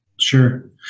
Sure